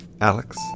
Alex